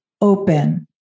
open